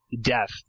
death